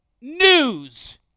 news